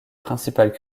principales